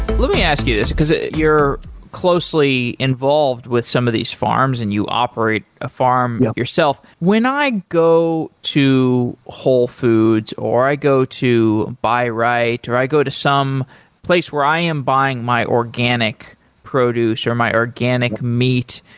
let me ask you this, because you're closely involved with some of these farms and you operate a farm yourself. when i go to whole foods or i go to buy right or i go to some place where i am buying my organic produce or my organic meat,